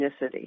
ethnicity